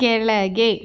ಕೆಳಗೆ